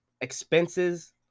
expenses